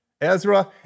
Ezra